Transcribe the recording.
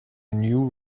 new